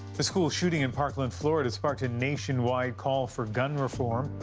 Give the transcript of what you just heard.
the school shooting in parkland, florida, sparked a nationwide call for gun reform.